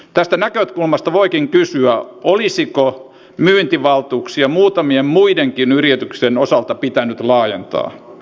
tästä näkökulmasta voikin kysyä olisiko myyntivaltuuksia muutamien muidenkin yritysten osalta pitänyt laajentaa